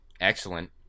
Excellent